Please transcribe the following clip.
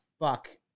fuck